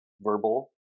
verbal